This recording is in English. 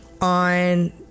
On